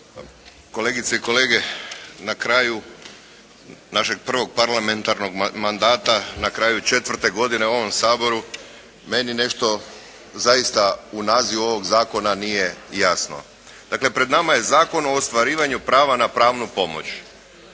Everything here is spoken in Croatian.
kolegice i kolege. Na kraju našeg prvog parlamentarnog mandata, na kraju četvrte godine u ovom Saboru meni nešto zaista u nazivu ovog zakona nije jasno. Dakle pred nama je Zakon o ostvarivanju prava na pravnu pomoć.